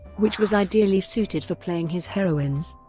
which was ideally suited for playing his heroines.